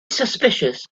suspicious